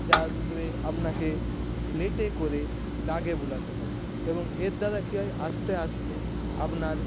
যার উপরে আপনাকে লেটে করে দাগে বোলাতে হয় এবং এর দ্বারা কি হয় আস্তে আস্তে আপনার